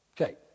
Okay